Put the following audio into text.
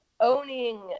owning